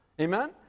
Amen